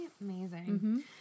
amazing